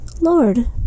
Lord